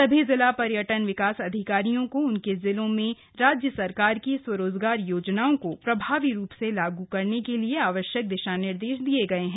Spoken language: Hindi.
सभी जिला पर्यटन विकास अधिकारियों को उनके जिलों में राज्य सरकार की स्वरोजगार योजनाओं को प्रभावी रूप से लागू करने के लिए आवश्यक दिशा निर्देश दिए गए हैं